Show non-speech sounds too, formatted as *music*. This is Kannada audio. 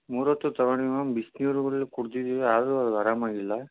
ಮೂರು ಹೊತ್ತು ತೊಗೊಂಡ್ವಿ ಮ್ಯಾಮ್ ಬಿಸಿನೀರು *unintelligible* ಕುಡ್ದಿದ್ದೀವಿ ಆದರೂ ಅದು ಆರಾಮಾಗಿಲ್ಲ